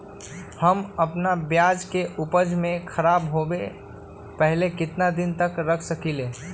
हम अपना प्याज के ऊपज के खराब होबे पहले कितना दिन तक रख सकीं ले?